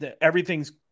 Everything's